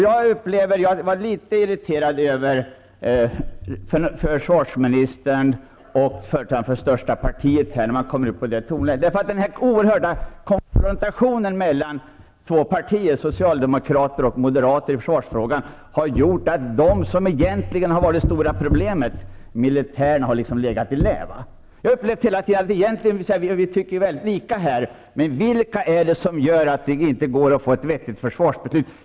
Jag blev en aning irriterad över det tonläge som försvarsministern och företrädaren för det största partiet hade. Den stora konfrontationen mellan Socialdemokraterna och Moderaterna i försvarsfrågan har gjort att det är de som egentligen har varit det stora problemet. Militären har liksom legat i lä. Jag har hela tiden upplevt att vi i åtskilligt tycker ganska lika. Men vad är det som gör att det inte går att få ett vettigt försvarsbeslut?